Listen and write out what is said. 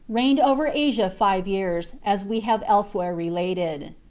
reigned over asia five years, as we have elsewhere related.